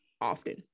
often